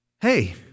hey